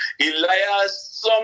Elias